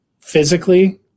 physically